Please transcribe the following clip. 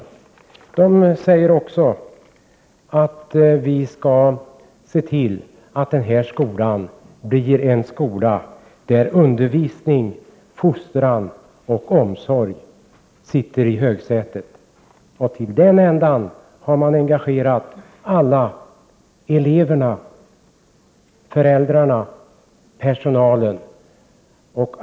Där säger man att man skall se till att den här skolan blir en skola där undervisning, fostran och omsorg sitter i högsätet. För att uppnå detta har man engagerat alla elever, föräldrar och hela personalen.